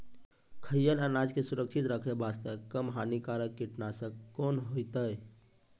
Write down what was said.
खैहियन अनाज के सुरक्षित रखे बास्ते, कम हानिकर कीटनासक कोंन होइतै?